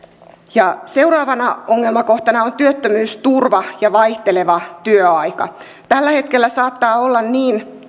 seuraavana ongelmakohtana on työttömyysturva ja vaihteleva työaika tällä hetkellä saattaa olla niin